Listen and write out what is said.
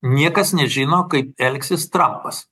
niekas nežino kaip elgsis trampas